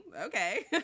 okay